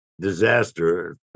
disaster